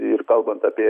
ir kalbant apie